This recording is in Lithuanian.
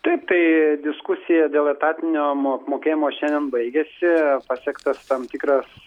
taip tai diskusija dėl etatinio mo apmokėjimo šiandien baigėsi pasiektas tam tikras